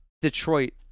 Detroit